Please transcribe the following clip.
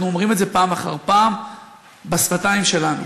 אומרים את זה פעם אחר פעם בשפתיים שלנו.